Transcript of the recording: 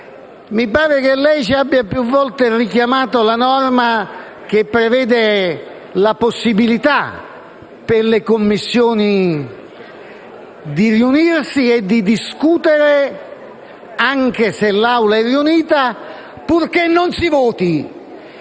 Mi pare che lei abbia più volte richiamato la norma che prevede la possibilità, per le Commissioni, di riunirsi e di discutere anche se l'Assemblea è riunita, purché non si voti.